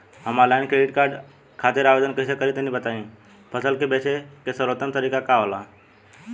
हम online credit card खातिर आवेदन कइसे करि तनि बताई?